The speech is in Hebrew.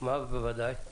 מה בוודאי?